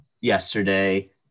yesterday